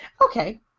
Okay